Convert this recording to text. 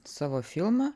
savo filmą